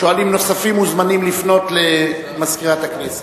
שואלים נוספים מוזמנים לפנות למזכירת הכנסת.